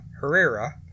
Herrera